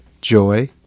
joy